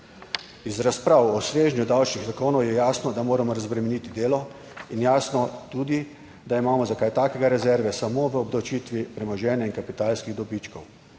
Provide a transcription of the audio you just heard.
Iz razprav o svežnju davčnih zakonov je jasno, da moramo razbremeniti delo, in jasno je tudi, da imamo za kaj takega rezerve samo v obdavčitvi premoženja in kapitalskih dobičkov.